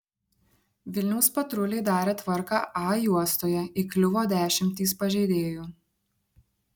vilniaus patruliai darė tvarką a juostoje įkliuvo dešimtys pažeidėjų